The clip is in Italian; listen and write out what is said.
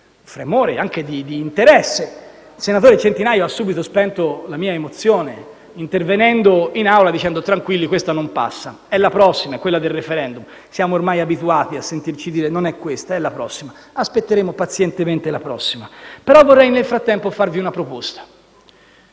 tremore e anche d'interesse, ma il senatore Centinaio ha subito spento la mia emozione intervenendo in Assemblea dicendo: tranquilli, questa non passa; sarà la prossima, quella del *referendum*. Siamo ormai abituati a sentirci dire che non sarà questa ma la prossima. Aspetteremo pazientemente la prossima, ma nel frattempo vorrei farvi una proposta.